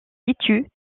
situe